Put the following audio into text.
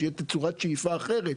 ושתהיה תצורת שאיפה אחרת,